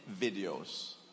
videos